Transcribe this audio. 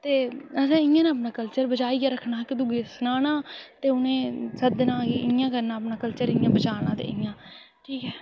ते असें इ'यां गै अपना कल्चर बचाइयै रक्खना इक दूए गी सनाना ते उ'नें सद्दना कि इ'यां करना अपना कल्चर चलो इ'यां बचाना ते इ'यां ठीक ऐ